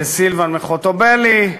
לסילבן מחוטובלי,